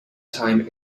time